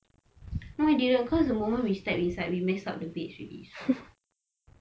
oh my dear cause the moment we step inside we messed up the beds already so